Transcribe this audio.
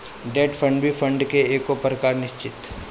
debt fund भी fund के एगो प्रकार निश्चित